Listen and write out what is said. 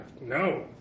No